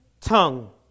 tongue